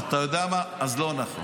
אתה יודע מה, אז לא נכון.